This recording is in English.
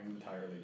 entirely